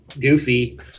goofy